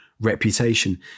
reputation